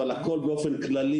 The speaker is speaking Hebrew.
אבל הכל באופן כללי,